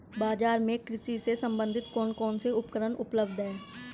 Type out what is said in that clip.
बाजार में कृषि से संबंधित कौन कौन से उपकरण उपलब्ध है?